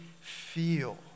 feel